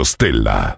Stella